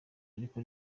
ariko